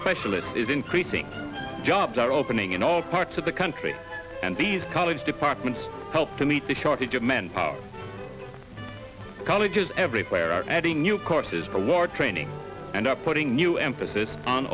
specialists is increasing jobs are opening in all parts of the country and these college departments help to meet the shortage of manpower colleges everywhere are adding new courses for war training and up putting new emphasis on